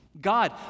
God